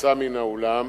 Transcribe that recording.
יצא מן האולם.